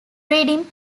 reading